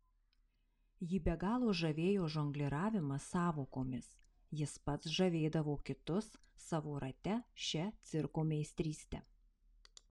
jį be galo žavėjo žongliravimas sąvokomis jis pats žavėdavo kitus savo rate šia cirko meistryste